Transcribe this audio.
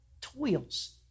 toils